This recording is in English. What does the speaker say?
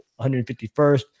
151st